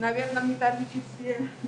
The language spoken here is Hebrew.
לשים את הזרקור על המצב בפריפריה הגיאוגרפית